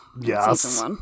yes